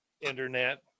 internet